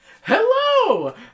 Hello